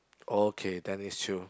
okay then is true